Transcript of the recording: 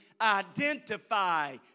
identify